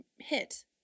hit